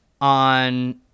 on